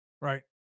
right